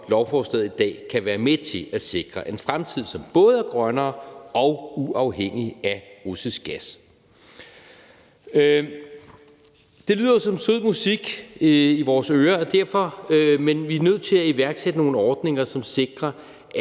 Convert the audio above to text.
lovforslaget i dag kan være med til at sikre: en fremtid, som både er grønnere og uafhængig af russisk gas. Det lyder jo som sød musik i vores ører, men vi er nødt til at iværksætte nogle ordninger, som sikrer,